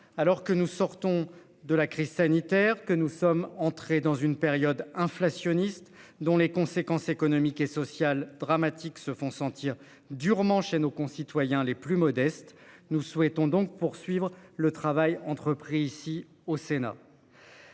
alors que nous sortons de la crise sanitaire, que nous sommes entrés dans une période inflationniste dont les conséquences économiques et sociales dramatiques se font sentir durement chez nos concitoyens les plus modestes. Nous souhaitons donc poursuivre le travail entrepris ici au Sénat.